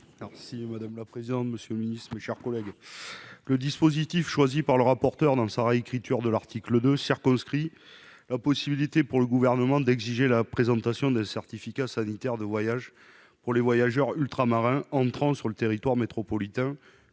Merci madame la présidente, monsieur le Ministre, mes chers collègues, le dispositif choisi par le rapporteur dans le Sahara réécriture de l'article 2 circonscrit la possibilité pour le gouvernement d'exiger la présentation d'un certificat sanitaire de voyage pour les voyageurs ultramarins entrant sur le territoire métropolitain